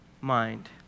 mind